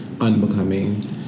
unbecoming